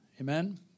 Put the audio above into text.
Amen